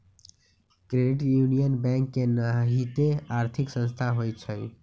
credit union bank के नाहिते आर्थिक संस्था होइ छइ